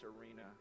arena